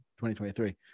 2023